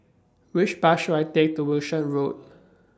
Which Bus should I Take to Wishart Road